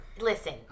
Listen